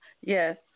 Yes